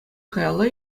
каялла